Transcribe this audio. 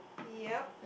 yup